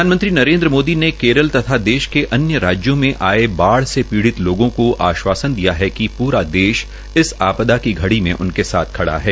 प्रधानमंत्री नरेन्द्र मोदी ने केरल तथा देश के अन्य राज्यों में आये बाढ़ से पीडि़त लोगों को आश्वासन दिया है कि पूरा देश इस आपदा की घड़ी में उनके साथ खड़ा है